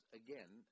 again